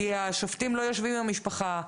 כי השופטים לא יושבים עם המשפחה.